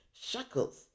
shackles